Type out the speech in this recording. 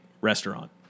restaurant